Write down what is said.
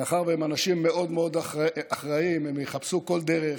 מאחר שהם אנשים מאוד מאוד אחראיים הם יחפשו כל דרך